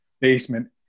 basement